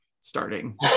starting